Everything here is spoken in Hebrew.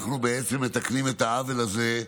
אנחנו מתקנים את העוול הזה,